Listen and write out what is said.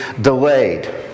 delayed